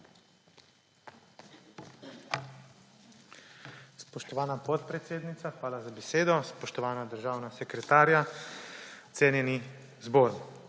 Spoštovana podpredsednica, hvala za besedo. Spoštovana državna sekretarja, cenjeni zbor!